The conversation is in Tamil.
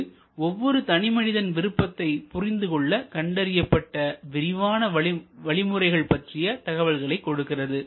இது ஒவ்வொரு தனி மனிதன் விருப்பத்தை புரிந்து கொள்ள கண்டறியப்பட்ட விரிவாக வழிமுறைகள் பற்றிய தகவல்களை கொடுக்கிறது